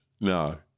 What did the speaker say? No